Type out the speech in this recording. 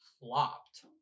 flopped